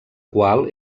qual